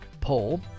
poll